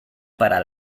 para